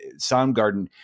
Soundgarden